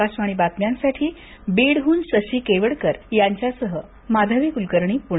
आकाशवाणी बातम्यांसाठी बीडहून शशी केवाडकर यांच्यासह माधवी कूलकर्णी पूणे